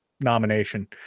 nomination